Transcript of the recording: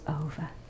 over